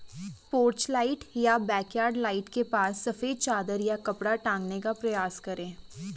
porch light या backyard light के पास सफेद चादर या कपड़ा टांगने का प्रयास करें